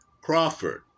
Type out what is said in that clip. Crawford